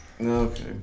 Okay